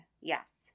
Yes